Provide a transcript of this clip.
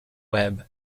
webb